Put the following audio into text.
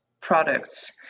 products